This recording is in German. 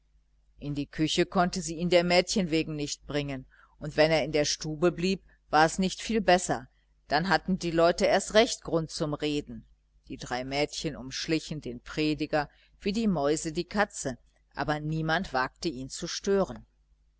in die küche konnte sie ihn der mädchen wegen nicht bringen und wenn er in der stube blieb war es nicht viel besser dann hatten die leute erst recht grund zum reden die drei mädchen umschlichen den prediger wie die mäuse die katze aber niemand wagte ihn zu stören